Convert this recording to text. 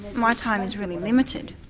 my time is really limited,